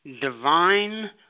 divine